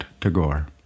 Tagore